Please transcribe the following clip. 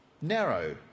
narrow